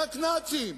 רק "נאצים",